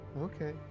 Okay